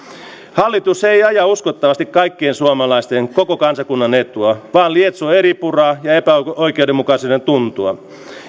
hallitus ei aja uskottavasti kaikkien suomalaisten koko kansakunnan etua vaan lietsoo eripuraa ja epäoikeudenmukaisuuden tuntua